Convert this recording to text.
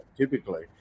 typically